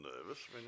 nervous